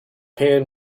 pan